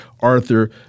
Arthur